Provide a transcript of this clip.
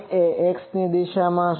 M એ X દિશામાં હશે